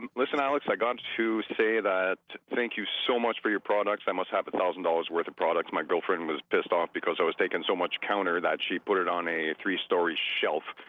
um listen alex. i got to say that thank you so much for your products i must have a thousand dollars worth of products my girlfriend was pissed off because i was taking so much counter that she put it on a three-story shelf